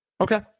Okay